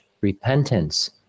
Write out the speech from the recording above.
repentance